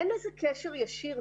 אין לזה קשר ישיר,